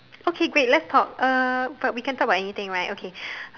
okay great let's talk uh but we can talk about anything right okay